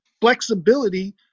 flexibility